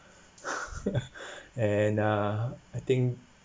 and uh I think